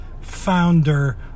founder